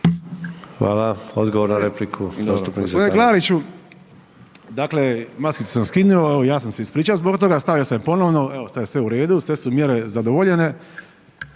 Hvala. Odgovor na repliku